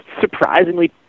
surprisingly